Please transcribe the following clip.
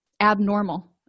abnormal